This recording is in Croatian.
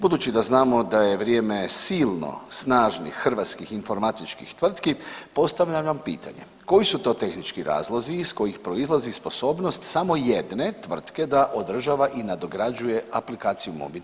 Budući da znamo da je vrijeme silno snažnih hrvatskih informatičkih tvrtki postavljam vam pitanje koji su to tehnički razlozi iz kojih proizlazi sposobnost samo jedne tvrtke da održava i nadograđuje aplikaciju MOBI the Pest?